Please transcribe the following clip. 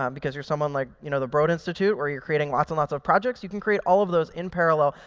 um because you're someone like you know the broad institute where you're creating lots and lots of projects, you can create all of those in parallel.